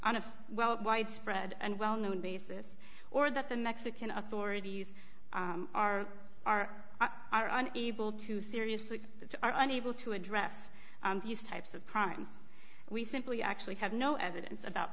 of well widespread and well known basis or that the mexican authorities are are are are an able to seriously are unable to address these types of crimes we simply actually have no evidence about